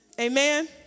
Amen